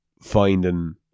finding